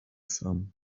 some